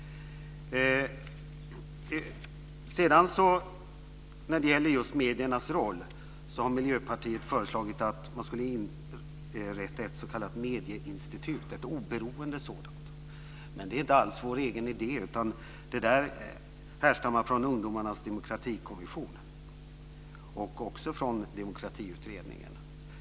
När det gäller just mediernas roll har Miljöpartiet föreslagit att man ska inrätta ett s.k. medieinstitut, ett oberoende sådant. Det är inte alls vår egen idé, utan det härstammar från Ungdomarnas demokratikommission, och också från Demokratiutredningen.